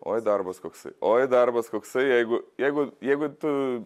oi darbas koksai oi darbas koksai jeigu jeigu jeigu tu